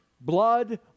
blood